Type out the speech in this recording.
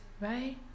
right